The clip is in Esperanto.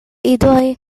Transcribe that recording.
idoj